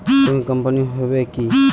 कोई कंपनी होबे है की?